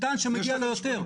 הוא טען שמגיע לו יותר.